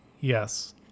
Yes